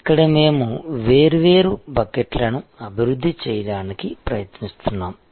ఇక్కడ మేము వేర్వేరు బకెట్లను అభివృద్ధి చేయడానికి ప్రయత్నిస్తున్నాము